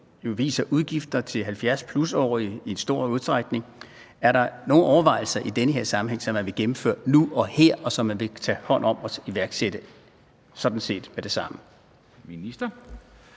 jo viser udgifter til +70-årige i stor udstrækning? Er der nogle overvejelser i den sammenhæng om noget, som man vil gennemføre nu og her, og som man vil tage hånd om at iværksætte, sådan set med det samme?